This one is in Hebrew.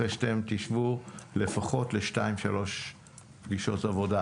אחרי שתשבו לכמה פגישות עבודה,